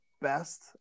best